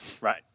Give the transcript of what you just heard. right